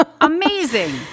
amazing